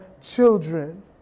children